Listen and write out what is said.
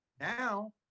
now